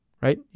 right